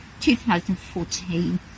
2014